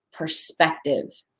perspective